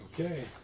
Okay